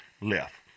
left